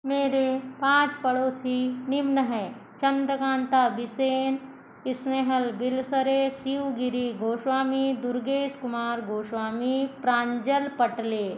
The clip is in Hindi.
मेरे पाँच पड़ोसी निम्न हैं चंद्रकांता बिसेन स्नेहल बिलसरे शिवगिरी गोस्वामी दुर्गेश कुमार गोस्वामी प्रांजल पटले